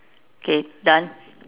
okay done